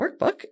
workbook